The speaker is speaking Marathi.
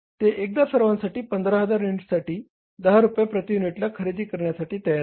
ते एकदा सर्वांसाठी 15000 युनिटसाठी 10 रुपये प्रति युनिटला खरेदी करण्यासाठी तयार आहेत